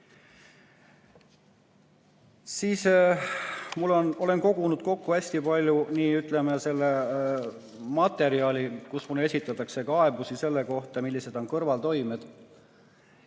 Siis ma olen kogunud kokku hästi palju, ütleme, sellist materjali, kus mulle esitatakse kaebusi selle kohta, millised on kõrvaltoimed.